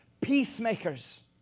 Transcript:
peacemakers